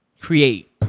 create